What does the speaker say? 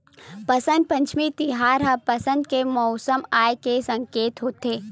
बसंत पंचमी तिहार ह बसंत के मउसम आए के सकेत होथे